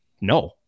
No